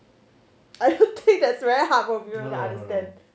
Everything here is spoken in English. are you think that's very hard for people to understand